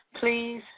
Please